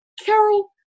Carol